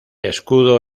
escudo